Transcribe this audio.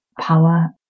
power